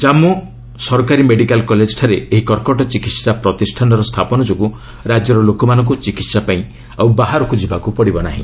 ଜାମ୍ମୁ ସରକାରୀ ମେଡିକାଲ୍ କଲେଜ୍ଠାରେ ଏହି କର୍କଟ ଚିକିତ୍ସା ପ୍ରତିଷ୍ଠାନର ସ୍ଥାପନ ଯୋଗୁଁ ରାଜ୍ୟର ଲୋକମାନଙ୍କୁ ଚିକିତ୍ସା ପାଇଁ ଆଉ ବାହାରକୁ ଯିବାକୁ ପଡ଼ିବ ନାହିଁ